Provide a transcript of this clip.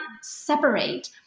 separate